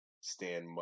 stand